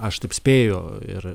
aš taip spėju ir